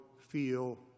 feel